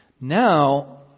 Now